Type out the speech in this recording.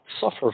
suffer